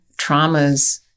traumas